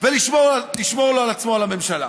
ולשמור על עצמו, על הממשלה.